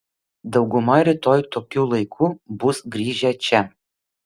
dauguma rytoj tokiu laiku bus grįžę čia